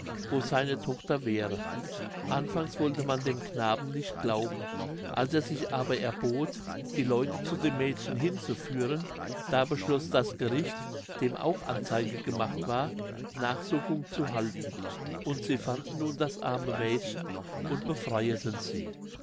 wo seine tochter wäre anfangs wollte man dem knaben nicht glauben als er sich aber erbot die leute zu dem mädchen hinzuführen da beschloß das gericht dem auch anzeige gemacht war nachsuchung zu halten und sie fanden nun das arme mädchen und befreieten sie